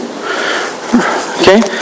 Okay